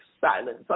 silence